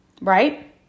Right